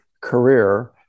career